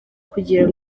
kugira